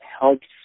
helps